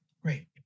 great